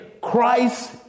Christ